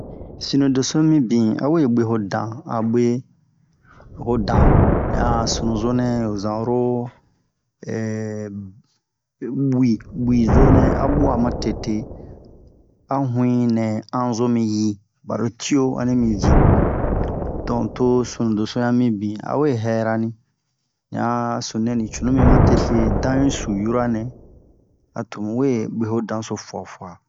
Sunu deso mibin a we bwe ho dan a bwe ho dan ni a sunuzonɛ ni zan oro bu'i bu'izo nɛ a bwa ma tete a hu'inɛ han zo mi yi baro tio a ni mini ji don to sunu doso yan mibin a we hɛra ni ni a sununɛ ni cunu mi ma tete dan yi su yura nɛ a to mu we bwe ho dan so fua-fua